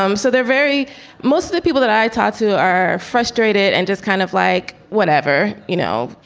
um so they're very mostly people that i talked to are frustrated and just kind of like whatever. you know,